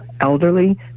elderly